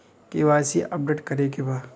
KYC update करे के बा?